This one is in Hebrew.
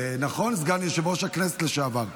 נכון סגן יושב-ראש הכנסת לשעבר?